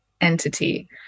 entity